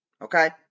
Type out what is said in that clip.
Okay